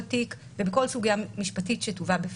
תיק ובכל סוגיה משפטית שתובא בפניו.